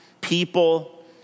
people